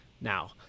now